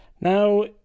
Now